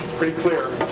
pretty clear.